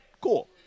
Cool